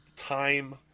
Time